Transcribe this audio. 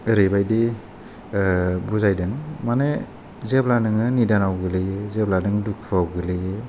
ओरैबायदि बुजायदों माने जेब्ला नोङो निदानाव गोग्लैयो जेब्ला नों दुखुवाव गोग्लैयो